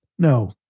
No